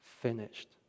finished